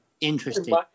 interesting